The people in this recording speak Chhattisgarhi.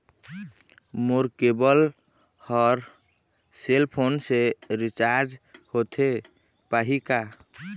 मोर केबल हर सेल फोन से रिचार्ज होथे पाही का?